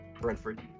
Brentford